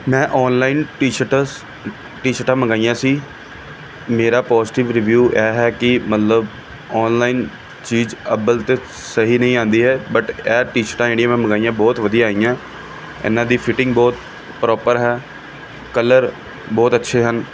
ਮੈਂ online T shirts T ਸ਼ਰਟਾਂ ਮੰਗਵਾਈਆਂ ਸੀ ਮੇਰਾ ਪੋਜਟਿਵ ਰੀਵਿਊ ਇਹ ਹੈ ਕਿ ਮਤਲਬ ਔਨਲਾਈਨ ਚੀਜ਼ ਅੱਵਲ ਤਾਂ ਸਹੀ ਨਹੀਂ ਆਉਂਦੀ ਹੈ ਬੱਟ ਇਹ ਟੀ ਸ਼ਰਟਾਂ ਜਿਹੜੀਆਂ ਮੈਂ ਮੰਗਵਾਈਆਂ ਬਹੁਤ ਵਧੀਆ ਆਈਆਂ ਇਨ੍ਹਾਂ ਦੀ ਫੀਟਿੰਗ ਬਹੁਤ ਪ੍ਰੋਪਰ ਹੈ ਕਲਰ ਬਹੁਤ ਅੱਛੇ ਹਨ